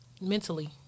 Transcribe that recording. mentally